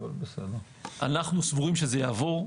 אנו סבורים שזה יעבור.